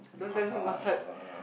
ask ah ask ah